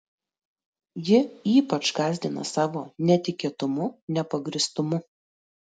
ji ypač gąsdino savo netikėtumu nepagrįstumu